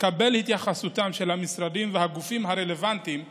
תתקבל התייחסותם של המשרדים והגופים הרלוונטיים לנושא,